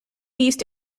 east